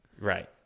Right